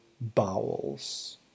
bowels